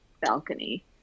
balcony